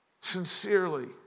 Sincerely